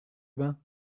bains